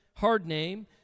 Hardname